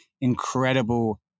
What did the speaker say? incredible